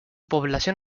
población